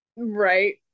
right